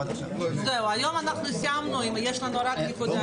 זהו, היום אנחנו סיימנו, יש רק נקודה אחת.